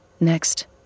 Next